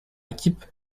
équipes